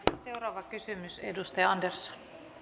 seuraava kysymys edustaja andersson